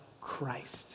Christ